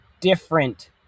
different